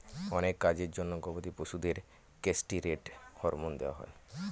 অনেক কাজের জন্য গবাদি পশুদের কেষ্টিরৈড হরমোন দেওয়া হয়